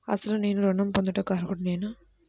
అసలు నేను ఋణం పొందుటకు అర్హుడనేన?